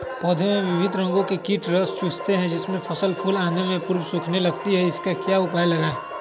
पौधे के विभिन्न अंगों से कीट रस चूसते हैं जिससे फसल फूल आने के पूर्व सूखने लगती है इसका क्या उपाय लगाएं?